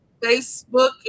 facebook